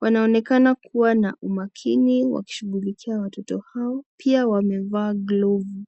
Wanaonekana kuwa na umakini wakishughulikia watoto hao, pia wamevaa glovu.